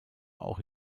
auch